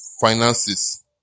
finances